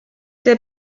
der